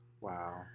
Wow